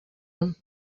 him